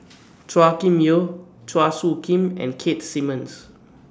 Chua Kim Yeow Chua Soo Khim and Keith Simmons